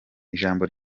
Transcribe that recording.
ijambo